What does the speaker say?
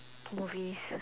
movies